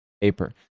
paper